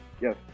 Yes